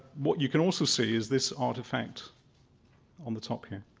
what you can also see is this artifact on the top here.